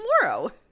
tomorrow